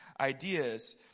ideas